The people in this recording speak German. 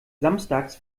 samstags